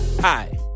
Hi